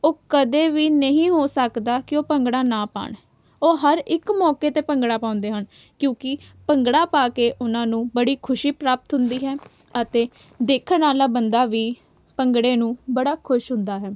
ਉਹ ਕਦੇ ਵੀ ਨਹੀਂ ਹੋ ਸਕਦਾ ਕਿ ਉਹ ਭੰਗੜਾ ਨਾ ਪਾਉਣ ਉਹ ਹਰ ਇੱਕ ਮੌਕੇ 'ਤੇ ਭੰਗੜਾ ਪਾਉਂਦੇ ਹਨ ਕਿਉਂਕਿ ਭੰਗੜਾ ਪਾ ਕੇ ਉਹਨਾਂ ਨੂੰ ਬੜੀ ਖੁਸ਼ੀ ਪ੍ਰਾਪਤ ਹੁੰਦੀ ਹੈ ਅਤੇ ਦੇਖਣ ਵਾਲਾ ਬੰਦਾ ਵੀ ਭੰਗੜੇ ਨੂੰ ਬੜਾ ਖੁਸ਼ ਹੁੰਦਾ ਹੈ